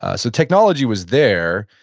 ah so technology was there,